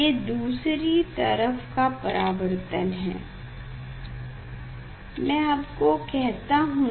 ये दूसरी तरफ का परावर्तन है मैं आपको दिखाता हूँ